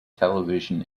television